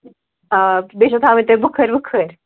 آ بیٚیہِ چھَو تھاوٕنۍ تۄہہِ بُخٲرۍ وُخٲرۍ